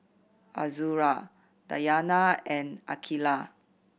Azura Dayana and Aqeelah